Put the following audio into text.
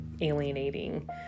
alienating